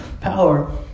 power